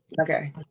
Okay